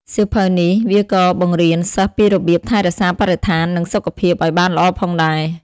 សៀវភៅនេះវាក៏បង្រៀនសិស្សពីរបៀបថែរក្សាបរិស្ថាន និងសុខភាពឱ្យបានល្អផងដែរ។